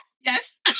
Yes